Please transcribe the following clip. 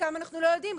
חלקם אנחנו לא יודעים,